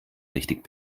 richtig